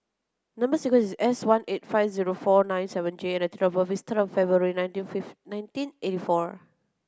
number sequence is S one eight five zero four nine seven J and date of birth is February nineteen fifth nineteen eighty four